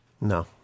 No